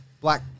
Black